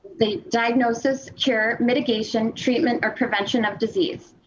the diagnosis, cure, mitigation treatment or prevention of disease.